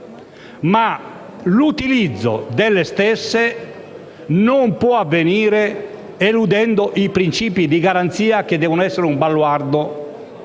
che l'utilizzo delle stesse non possa avvenire eludendo i principi di garanzia che devono essere un baluardo